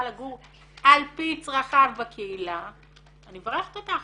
לגור על פי צרכיו בקהילה אני מברכת אותך.